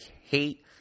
hate